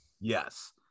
Yes